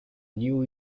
new